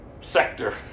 sector